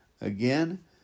Again